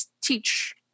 teach